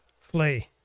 flee